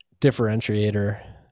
differentiator